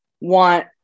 want